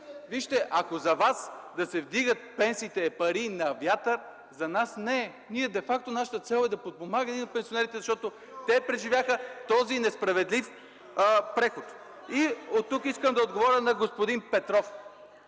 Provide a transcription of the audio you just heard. Вижте, ако за вас да се вдигат пенсиите е пари на вятъра, за нас не е. Нашата цел де факто е да подпомагаме пенсионерите, защото те преживяха този несправедлив преход. Искам да отговоря на господин Петров.